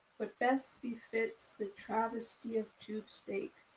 but best be fits the travesty of tube steak,